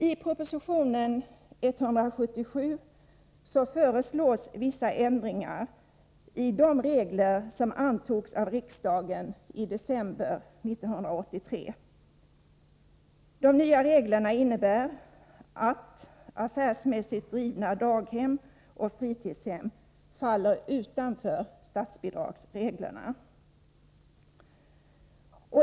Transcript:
I proposition 177 föreslås vissa ändringar i de regler som antogs av riksdagen i december 1983. De nya reglerna innebär att affärsmässigt drivna daghem och fritidshem faller utanför statsbidragsreglerna.